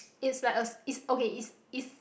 it's like a is okay it's it's